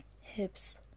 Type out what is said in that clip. hips